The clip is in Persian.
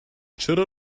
چرا